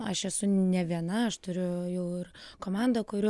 aš esu ne viena aš turiu jau ir komandą kuri